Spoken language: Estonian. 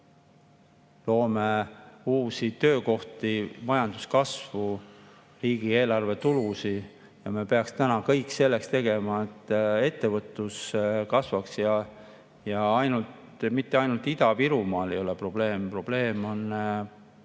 loome uusi töökohti, majanduskasvu, riigieelarve tulusid. Me peaksime täna kõik selleks tegema, et ettevõtlus kasvaks. Ja mitte ainult Ida-Virumaal ei ole probleem, probleem on